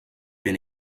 been